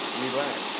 relax